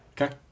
Okay